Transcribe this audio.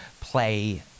play